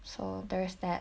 so there's that